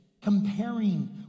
Comparing